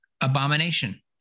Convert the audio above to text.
Abomination